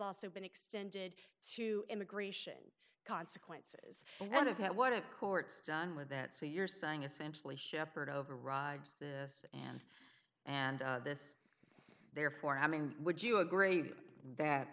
also been extended to immigration consequences none of that would have courts done with that so you're saying essentially shepherd overrides this and and this therefore i mean would you agree that